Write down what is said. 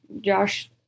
Josh